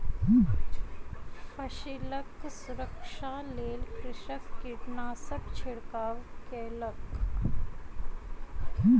फसिलक सुरक्षाक लेल कृषक कीटनाशकक छिड़काव कयलक